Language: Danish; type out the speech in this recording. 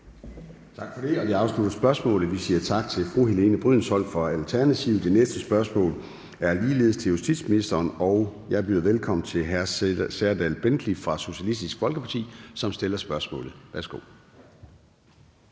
Tak for det. Det afslutter spørgsmålet, og vi siger tak til fru Helene Brydensholt fra Alternativet. Det næste spørgsmål er ligeledes til justitsministeren. Og jeg byder velkommen til hr. Serdal Benli fra Socialistisk Folkeparti, som stiller spørgsmålet. Kl.